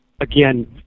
again